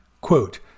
quote